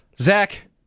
Zach